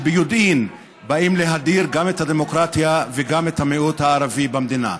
שביודעין באים להדיר גם את הדמוקרטיה וגם את המיעוט הערבי במדינה.